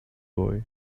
boy